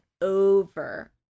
over